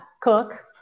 cook